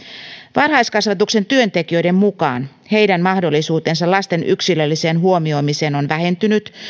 varhaiskasvatuksen työntekijöiden mukaan heidän mahdollisuutensa lasten yksilölliseen huomioimiseen on vähentynyt